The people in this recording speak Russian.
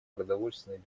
продовольственной